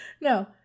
No